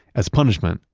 as punishment,